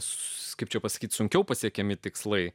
slapčia pasakyti sunkiau pasiekiami tikslai